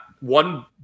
one